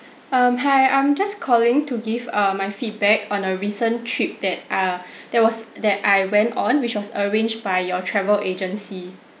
um hi I'm just calling to give err my feedback on a recent trip that uh that was that I went on which was arranged by your travel agency